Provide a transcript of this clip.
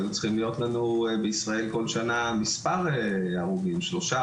היו צריכים להיות לנו בישראל כול שנה מספר הרוגים שלושה,